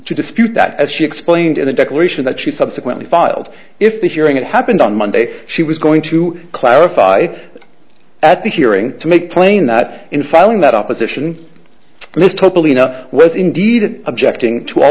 to dispute that as she explained in a declaration that she subsequently filed if the hearing it happened on monday she was going to clarify at the hearing to make plain that in filing that opposition this total enough was indeed objecting to all